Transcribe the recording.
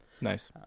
nice